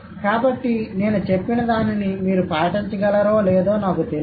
కాబట్టి నేను చెప్పినదానిని మీరు పాటించగలరో లేదో నాకు తెలియదు